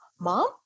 mom